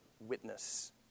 witness